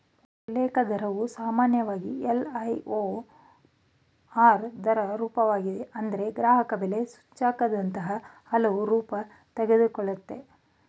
ಉಲ್ಲೇಖ ದರವು ಸಾಮಾನ್ಯವಾಗಿ ಎಲ್.ಐ.ಬಿ.ಓ.ಆರ್ ದರದ ರೂಪವಾಗಿದೆ ಆದ್ರೆ ಗ್ರಾಹಕಬೆಲೆ ಸೂಚ್ಯಂಕದಂತಹ ಹಲವು ರೂಪ ತೆಗೆದುಕೊಳ್ಳುತ್ತೆ